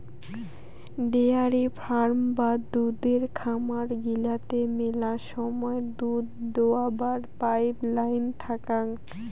dairy farm বা দুধের খামার গিলাতে মেলা সময় দুধ দোহাবার পাইপ নাইন থাকাং